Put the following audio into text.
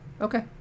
Okay